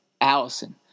Allison